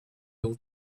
will